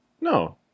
No